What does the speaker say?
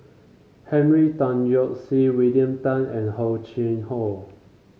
Henry Tan Yoke See William Tan and Oh Chai Hoo